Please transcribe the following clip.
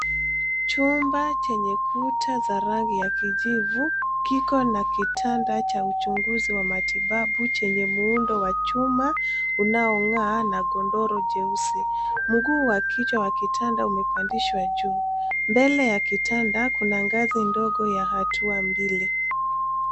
Chumba chenye kuta za rangi ya kijivu kiko na kitanda cha uchuguzi wa matibabu chenye muundo wa chuma unaong'aa na godoro jeusi. Mguu wa kichwa wa kitanda umepandishwa juu. Mbele ya kitanda, kuna ngazi ndogo ya hatua mbili.